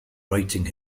writing